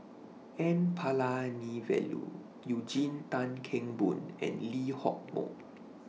N Palanivelu Eugene Tan Kheng Boon and Lee Hock Moh